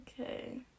Okay